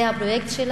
זה הפרויקט שלנו,